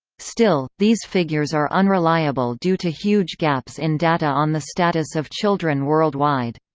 still, these figures are unreliable due to huge gaps in data on the status of children worldwide.